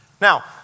Now